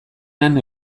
han